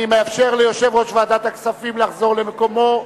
אני מאפשר ליושב-ראש ועדת הכספים לחזור למקומו,